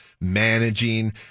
managing